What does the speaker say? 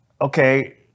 Okay